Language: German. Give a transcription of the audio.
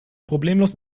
problemlos